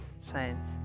science